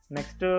Next